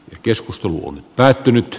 keskustelu on päättynyt